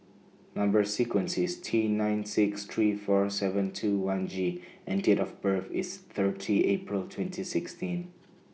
Number sequence IS T nine six three four seven two one G and Date of birth IS thirty April twenty sixty